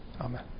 Amen